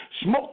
Smoke